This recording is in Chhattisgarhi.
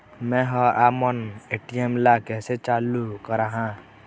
मैं हर आपमन ए.टी.एम ला कैसे चालू कराहां?